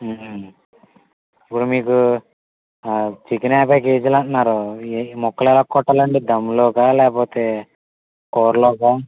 ఇప్పుడు మీకు చికెన్ యాభై కేజీలు అంటున్నారు ముక్కలు ఎలా కొట్టాలండీ దమ్లోకా లేకపోతే కూరలోకా